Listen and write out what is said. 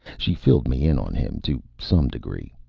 she filled me in on him, to some degree.